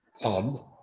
on